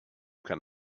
can